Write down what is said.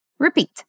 Repeat